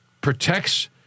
protects